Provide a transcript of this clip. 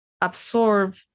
absorb